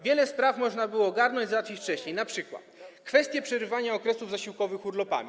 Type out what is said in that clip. Wiele spraw można było ogarnąć, załatwić wcześniej, np. kwestię przerywania okresów zasiłkowych urlopami.